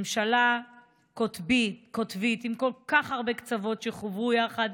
ממשלה קוטבית עם כל כך הרבה קצוות שחוברו יחד,